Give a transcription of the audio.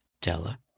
Della